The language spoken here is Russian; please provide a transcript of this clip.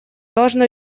должно